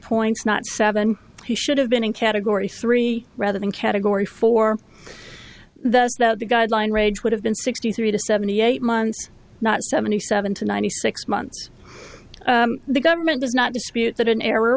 points not seven he should have been in category three rather than category four that's now the guideline rage would have been sixty three to seventy eight months not seventy seven to ninety six months the government does not dispute that an error